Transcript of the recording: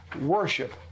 worship